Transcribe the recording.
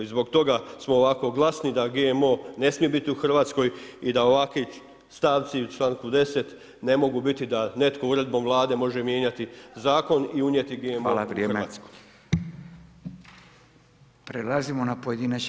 Zbog toga smo ovako glasni da GMO ne smije biti u Hrvatskoj i da ovakvi stavci u članku 10. ne mogu biti da netko uredbom Vlade može mijenjati zakon i unijeti GMO u Hrvatsku.